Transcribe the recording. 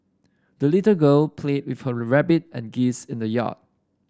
the little girl played with her rabbit and geese in the yard